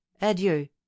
adieu